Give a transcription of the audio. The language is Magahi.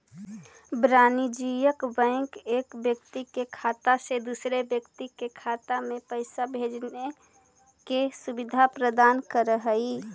वाणिज्यिक बैंक एक व्यक्ति के खाता से दूसर व्यक्ति के खाता में पैइसा भेजजे के सुविधा प्रदान करऽ हइ